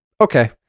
Okay